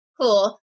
cool